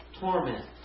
torment